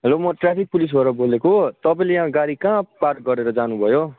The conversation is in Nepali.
हेलो म ट्राफिक पुलिसबाट बोलेको तपाईँले यहाँ गाडी कहाँ पार्क गरेर जानुभयो